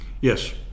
Yes